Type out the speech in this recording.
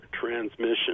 transmission